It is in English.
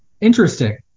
Interesting